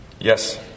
Yes